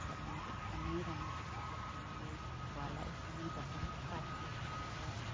छ भने एकदमै राम्रो देख्छ त्यो फुलले घरलाई एकदमै ढकमक्क पारेर राखेको हुन्छ